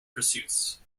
pursuits